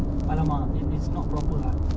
!alamak! it is not proper ah